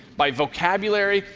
by vocabulary.